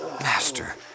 Master